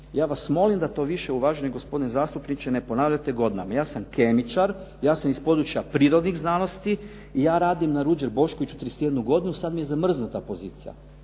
Ja vas molim da to više, uvaženi gospodine zastupniče, ne ponavljate … /Govornik se ne razumije./… ja sam kemičar, ja sam iz područja prirodnih znanosti i ja radim na "Ruđer Boškoviću", sad mi je zamrznuta pozicija.